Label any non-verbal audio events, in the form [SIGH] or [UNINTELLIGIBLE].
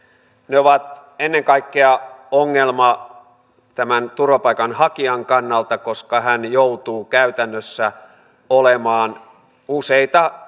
ne ovat ennen kaikkea ongelma tämän turvapaikanhakijan kannalta koska hän joutuu käytännössä olemaan useita [UNINTELLIGIBLE]